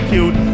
Cute